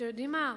אתם יודעים מה,